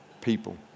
people